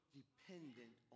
dependent